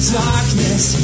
darkness